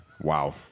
Wow